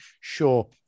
Sure